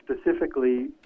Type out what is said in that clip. specifically